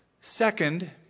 Second